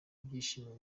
ibyishimo